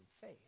faith